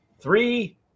Three